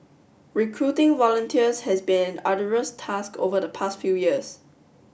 recruiting volunteers has been an arduous task over the past few years